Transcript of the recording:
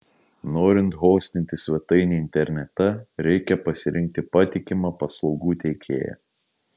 norint hostinti svetainę internete reikia pasirinkti patikimą paslaugų teikėją